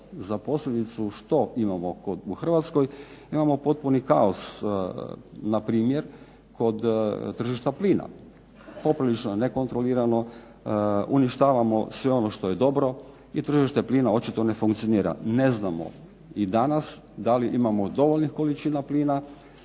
za posljedicu što imamo u Hrvatskoj, imamo potpuni kaos na primjer kod tržišta plina. Poprilično nekontrolirano, uništavamo sve ono što je dobro i tržište plina očito ne funkcionira. Ne znamo i danas da li imamo dovoljnih količina plina